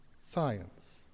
science